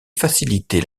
faciliter